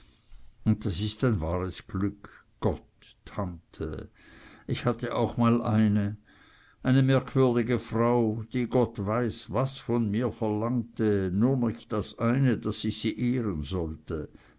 und das ist ein wahres glück gott tante ich hatte auch mal eine eine merkwürdige frau die gott weiß was von mir verlangte nur nicht das eine daß ich sie ehren sollte